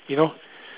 you know